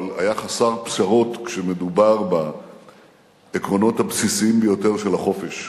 אבל היה חסר פשרות כשמדובר בעקרונות הבסיסיים ביותר של החופש.